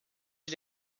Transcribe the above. sie